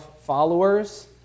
followers